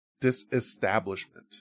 Disestablishment